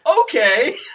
Okay